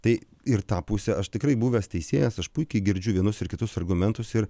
tai ir tą pusę aš tikrai buvęs teisėjas aš puikiai girdžiu vienus ir kitus argumentus ir